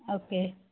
okay